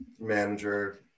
manager